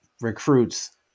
recruits